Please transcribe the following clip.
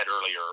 earlier